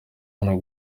hano